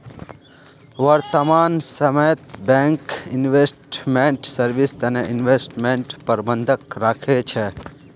वर्तमान समयत bank investment service तने इन्वेस्टमेंट प्रबंधक राखे छे